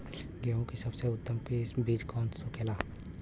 गेहूँ की सबसे उत्तम बीज कौन होखेला?